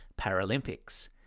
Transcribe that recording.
Paralympics